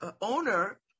owner